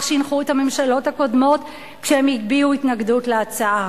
שהנחו את הממשלות הקודמות כשהן הביעו התנגדות להצעה.